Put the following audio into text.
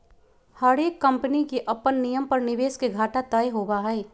हर एक कम्पनी के अपन नियम पर निवेश के घाटा तय होबा हई